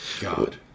God